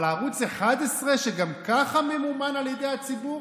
אבל ערוץ 11, שגם ככה ממומן על ידי הציבור?